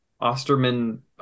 Osterman